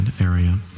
area